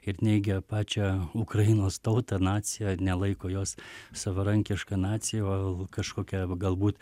ir neigia pačią ukrainos tautą nacija nelaiko jos savarankiška nacija o kažkokia galbūt